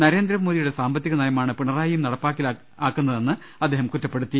നരേന്ദ്ര മോദിയുടെ സാമ്പത്തിക നയമാണ് പിണറായിയും നടപ്പിലാ ക്കുന്നതെന്ന് അദ്ദേഹം കുറ്റപ്പെടുത്തി